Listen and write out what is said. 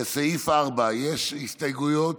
לסעיף 4 יש הסתייגויות?